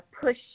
push